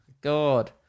God